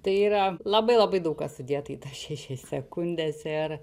tai yra labai labai daug kas sudėta į tas šešias sekundes ir